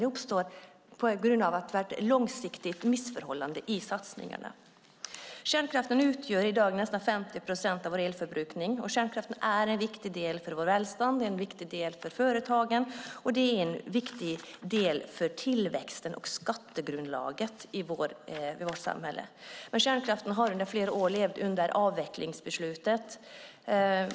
Den uppstår på grund av ett långsiktigt missförhållande i satsningarna. Kärnkraften utgör i dag nästan 50 procent av vår elförbrukning och är viktig för vårt välstånd, för företagen och för tillväxten och skatteunderlaget i vårt samhälle. Men kärnkraften har under flera år levt under avvecklingsbeslutet.